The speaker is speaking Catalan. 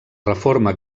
reforma